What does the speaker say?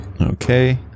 Okay